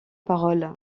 parole